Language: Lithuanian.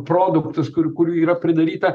produktus kur kurių yra pridaryta